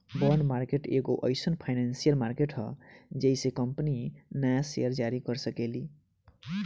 bond market एगो एईसन financial market ह जेइसे कंपनी न्या सेयर जारी कर सकेली